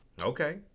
Okay